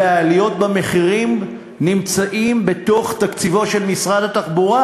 ועליות המחירים נמצאות בתוך תקציבו של משרד התחבורה.